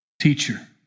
Teacher